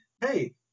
hey